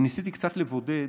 ניסיתי קצת לבודד,